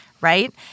Right